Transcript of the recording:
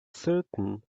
certain